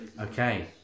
Okay